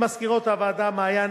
למזכירות הוועדה מעיין,